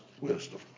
wisdom